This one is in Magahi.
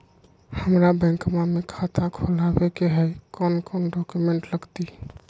हमरा बैंकवा मे खाता खोलाबे के हई कौन कौन डॉक्यूमेंटवा लगती?